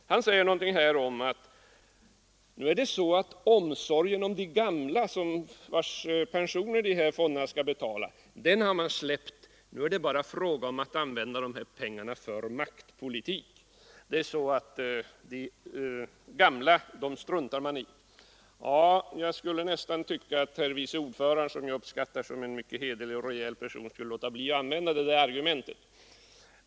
Han sade något om att man har släppt omsorgen om de gamla — vilkas pensioner de här fonderna skall betala — och att det nu bara är fråga om att använda pengarna för maktpolitik. Man struntar i de gamla, säger han. Jag uppskattar herr vice ordföranden som en mycket hederlig och rejäl person, och jag skulle uppskatta om han lät bli att använda det där argumentet.